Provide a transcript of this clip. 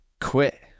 quit